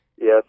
yes